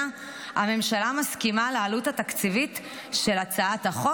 הממשלה מסכימה לעלות התקציבית של הצעת החוק,